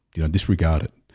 you know, disregard it